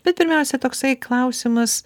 bet pirmiausia toksai klausimas